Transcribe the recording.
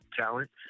talent